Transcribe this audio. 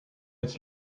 its